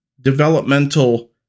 developmental